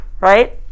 right